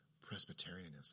Presbyterianism